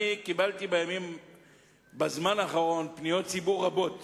קיבלתי בזמן האחרון פניות ציבור רבות